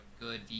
good